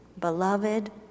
beloved